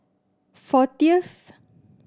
fortieth